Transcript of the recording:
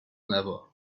never